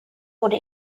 wurde